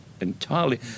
entirely